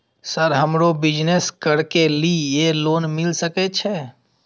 Sir हमरो business करके ली ये लोन मिल सके छे?